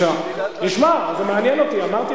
מי אמר?